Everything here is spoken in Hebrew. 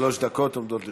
שלוש דקות עומדות לרשותך.